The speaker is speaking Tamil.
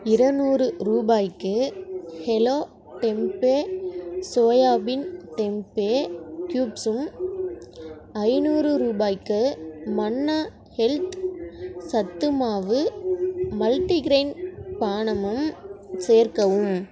இருநூறு ரூபாய்க்கு ஹெலோ டெம்பே சோயாபின் டெம்பே க்யூப்ஸும் ஐந்நூறு ரூபாய்க்கு மன்னா ஹெல்த் சத்து மாவு மல்டிக்ரெயின் பானமும் சேர்க்கவும்